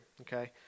Okay